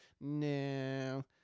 no